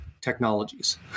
technologies